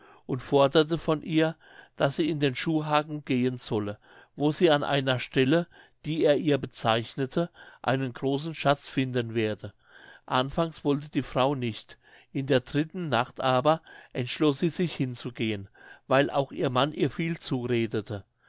und forderte von ihr daß sie in den schuhhagen gehen solle wo sie an einer stelle die er ihr bezeichnete einen großen schatz finden werde anfangs wollte die frau nicht in der dritten nacht aber entschloß sie sich hinzugehen weil auch ihr mann ihr viel zuredete